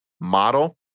model